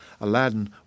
Aladdin